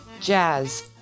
jazz